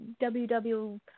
WW